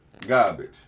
Garbage